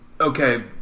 okay